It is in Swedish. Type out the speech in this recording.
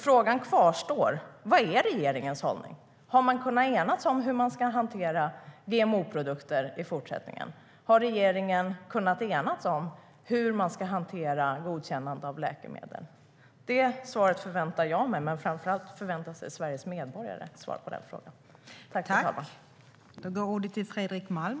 Frågorna kvarstår därför: Vad är regeringens hållning? Har regeringen kunnat enas om hur man ska hantera GMO-produktioner i fortsättningen? Har regeringen kunnat enas om hur man ska hantera godkännande av läkemedel? Jag förväntar mig svar på dessa frågor, och framför allt förväntar sig Sveriges medborgare svar på dem.